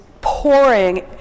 pouring